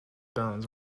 bones